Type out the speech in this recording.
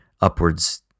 upwards